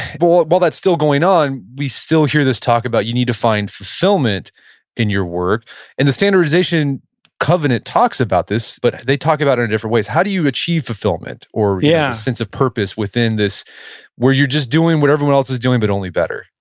but well, while that's still going on, we still hear this talk about you need to find fulfillment in your work and the standardization covenant talks about this, but they talk about it in different ways. how do you achieve fulfillment or a yeah sense of purpose within this where you're just doing what everyone else is doing but only better?